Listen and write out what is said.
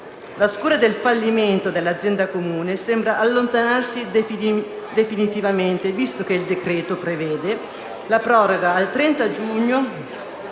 La scure del fallimento dell'azienda Comune, sembra allontanarsi definitivamente visto che il decreto-legge prevede la proroga dal 30 giugno